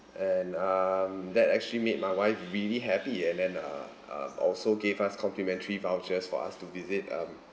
and um that actually made my wife really happy and then uh uh also gave us complimentary vouchers for us to visit um